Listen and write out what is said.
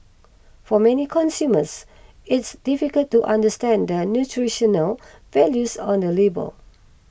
for many consumers it's difficult to understand the nutritional values on the label